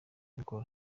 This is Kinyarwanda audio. gukora